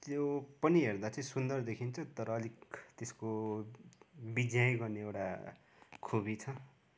त्यो पनि हेर्दा चाहिँ सुन्दर देखिन्छ तर अलिक त्यसको बिझ्यााइँ गर्ने एउटा खुबी छ